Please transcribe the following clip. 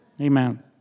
Amen